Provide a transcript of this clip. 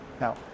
Now